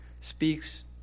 speaks